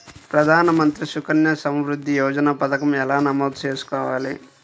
ప్రధాన మంత్రి సుకన్య సంవృద్ధి యోజన పథకం ఎలా నమోదు చేసుకోవాలీ?